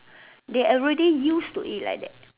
they already used to it like that